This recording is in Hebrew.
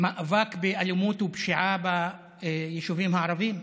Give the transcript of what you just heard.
מאבק באלימות ופשיעה ביישובים הערביים,